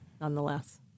nonetheless